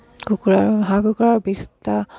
কুকুৰাৰ হাঁহ কুকুৰাৰ বিষ্টা